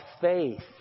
faith